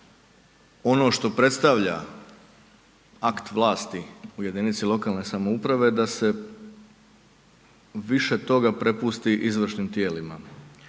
ono što predstavlja akt vlasti u jedinici lokalne samouprave, da se više to prepusti izvršnim tijelima,